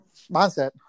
mindset